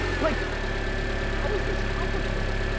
like how is this complicated?